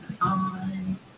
on